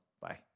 Bye